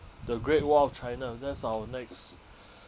the great wall of china that's our next